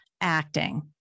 acting